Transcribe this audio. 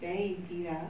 it's very easy lah